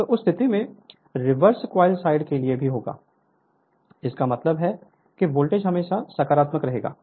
तो उस स्थिति में रिवर्स कॉइल साइड के लिए भी होगा इसका मतलब है कि वोल्टेज हमेशा सकारात्मक रहेगा